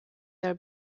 their